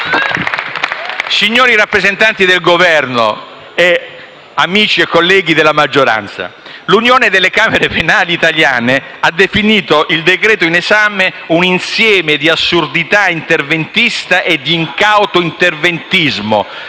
Signori rappresentanti del Governo, amici e colleghi della maggioranza, l'Unione delle camere penali italiane ha definito il decreto-legge in esame come un insieme di assurdità interventiste e di incauto interventismo,